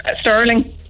Sterling